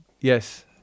yes